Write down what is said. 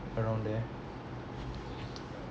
around there